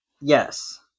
Yes